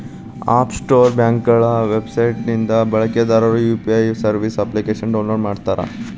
app store ಬ್ಯಾಂಕ್ಗಳ website ನಿಂದ ಬಳಕೆದಾರರು ಯು.ಪಿ.ಐ ಸರ್ವಿಸ್ ಅಪ್ಲಿಕೇಶನ್ನ ಡೌನ್ಲೋಡ್ ಮಾಡುತ್ತಾರೆ